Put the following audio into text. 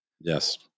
Yes